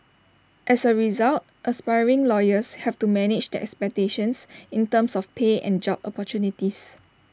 as A result aspiring lawyers have to manage their expectations in terms of pay and job opportunities